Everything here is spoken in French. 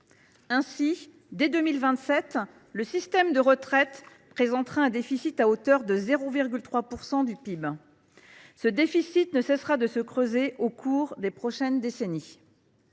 Ainsi, dès 2027, le système de retraite présentera un déficit à hauteur de 0,3 % du PIB, déficit qui ne cessera de se creuser au cours des prochaines décennies.